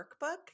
workbook